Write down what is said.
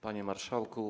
Panie Marszałku!